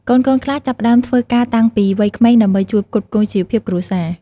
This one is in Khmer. កូនៗខ្លះចាប់ផ្តើមធ្វើការតាំងពីវ័យក្មេងដើម្បី ជួយផ្គត់ផ្គង់ជីវភាព គ្រួសារ។